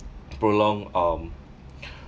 prolonged um